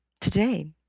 today